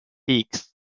peaks